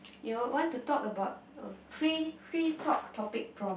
you want to talk about free free talk topic prompt